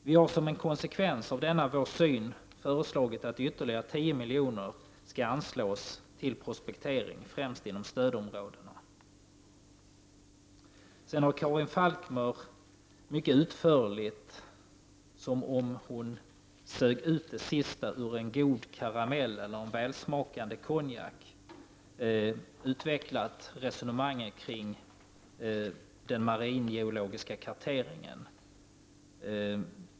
Vi har i konsekvens med denna syn föreslagit att ytterligare 10 milj.kr. skall anslås till prospektering, främst inom stödområden. Karin Falkmer har mycket utförligt — som om hon sög ut det sista ur en god karamell eller en välsmakande konjak — utvecklat resonemanget kring den maringeologiska karteringen.